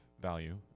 value